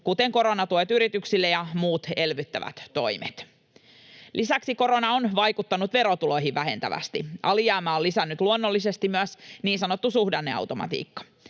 kuten koronatuet yrityksille ja muut elvyttävät toimet. Lisäksi korona on vaikuttanut verotuloihin vähentävästi. Alijäämää on lisännyt luonnollisesti myös niin sanottu suhdanneautomatiikka.